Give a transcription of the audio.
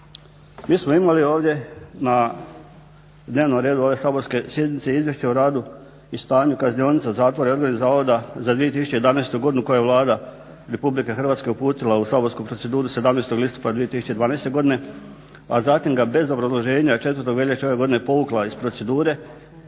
Mi smo imali ovdje na dnevnom redu ove saborske sjednice Izvješće o radu i stanju kaznionica, zatvora i odgojnih zavoda za 2011.godinu koju je Vlada RH uputila u saborsku proceduru 17.listopada 2012.godine, a zatim ga bez obrazloženja 4.veljače ove godine povukla iz procedure.